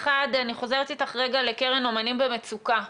אחת, אני חוזרת אתך רגע לקרן אומנים במצוקה.